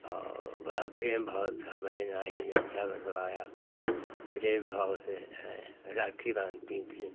और बड़ा प्रेम भाव था बहन आई रक्षा बँधवाया प्रेम भाव से है राखी बाँधती थीं